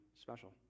special